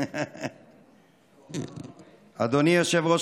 אדוני היושב-ראש,